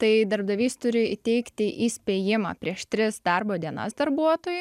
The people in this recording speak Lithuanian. tai darbdavys turi įteikti įspėjimą prieš tris darbo dienas darbuotojui